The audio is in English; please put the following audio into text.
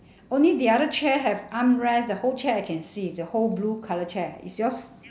only the other chair have armrest the whole chair I can see the whole blue colour chair is yours